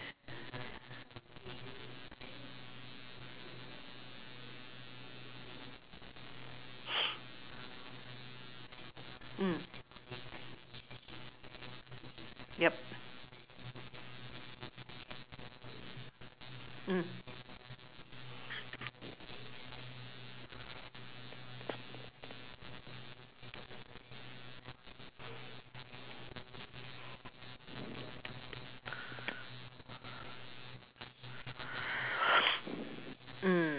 mm yup mm